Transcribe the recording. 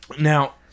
Now